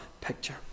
picture